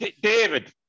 David